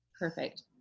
Perfect